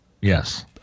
yes